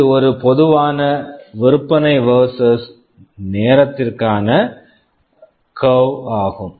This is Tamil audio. இது ஒரு பொதுவான விற்பனை வெர்சஸ் versus நேரத்திற்கான கர்வ் curve ஆகும்